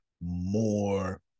more